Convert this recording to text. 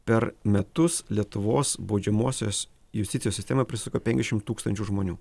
per metus lietuvos baudžiamosios justicijos sistema prisuka penkiasdešim tūkstančių žmonių